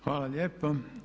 Hvala lijepa.